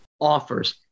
offers